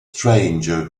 stranger